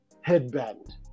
headband